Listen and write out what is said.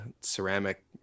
ceramic